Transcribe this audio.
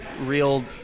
real